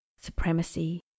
Supremacy